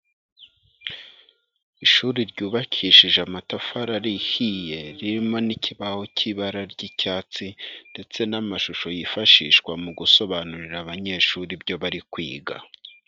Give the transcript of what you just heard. Ishuri ryubakishije amatafari ahiye, ririmo n'ikibaho cy'ibara ry'icyatsi ndetse n'amashusho yifashishwa mu gusobanurira abanyeshuri ibyo bari kwiga.